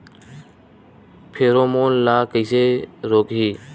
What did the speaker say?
Pheromone ला कइसे रोकही?